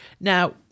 Now